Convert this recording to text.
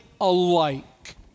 alike